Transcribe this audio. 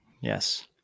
Yes